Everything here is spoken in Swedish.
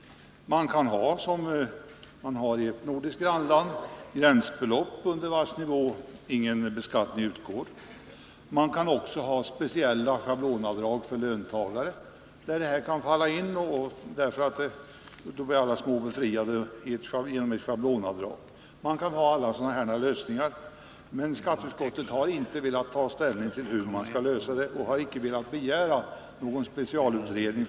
Man kan som är fallet i ett nordiskt grannland, ha ett gränsbelopp. Under en viss nivå sker alltså ingen beskattning. Man kan också ha speciella schablonavdrag för löntagare, så att alla små inkomsttagare blir befriade genom ett schablonavdrag. Det finns många sådana lösningar. Skatteutskottet har emellertid inte velat ta ställning till hur frågan skall lösas och har inte heller velat begära någon specialutredning.